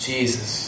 Jesus